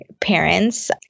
parents